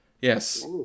Yes